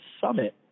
summit